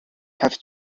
have